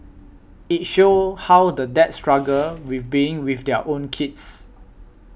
it shows how the dads struggle with being with their own kids